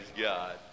God